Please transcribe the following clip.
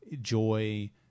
joy